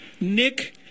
Nick